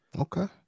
okay